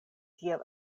tiel